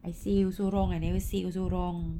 I say also wrong I never say also wrong